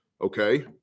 Okay